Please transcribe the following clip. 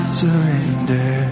surrender